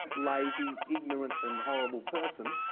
lazy, ignorant and horrible person,